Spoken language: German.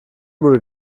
wurde